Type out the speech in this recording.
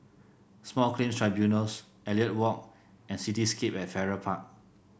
Small Claims Tribunals Elliot Walk and Cityscape at Farrer Park